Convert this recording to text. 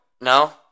No